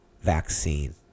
vaccine